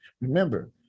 Remember